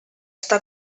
està